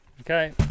Okay